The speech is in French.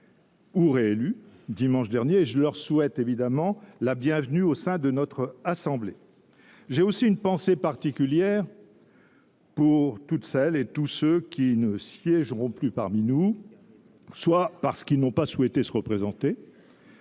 ou réélus dimanche dernier ; je leur souhaite la bienvenue au sein de notre assemblée. J’ai aussi une pensée particulière pour toutes celles et tous ceux qui ne siégeront plus parmi nous, soit parce qu’ils n’ont pas souhaité se représenter,